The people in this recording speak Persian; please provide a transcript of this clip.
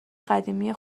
قدیمی